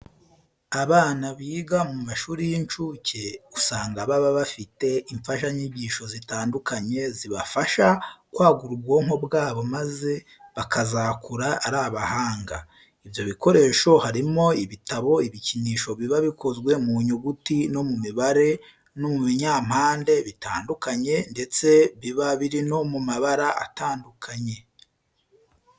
Abana biga mu mashuri y'incuke usanga baba bafite imfashanyigisho zitandukanye zibafasha kwagura ubwonko bwabo maze bakazakura ari abahanga. Ibyo bikoresho harimo ibitabo, ibikinisho biba bikozwe mu nyuguti no mu mibare no mu binyampande bitandukanye ndetse biba biri no mu mabara atandukanye.